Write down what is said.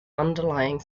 underlying